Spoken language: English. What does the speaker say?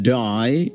die